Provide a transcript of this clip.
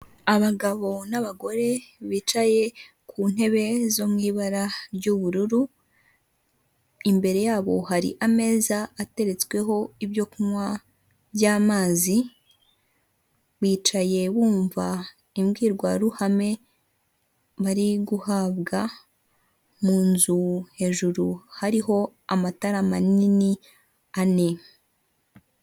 Abagabo n'abagore bicaye ku ntebe zo mu ibara ry'ubururu imbere yabo hari ameza ateretsweho ibyo kunywa by'amazi, bicaye bumva imbwirwaruhame bari guhabwa mu nzu, hejuru hariho amatara manini ane.